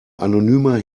anonymer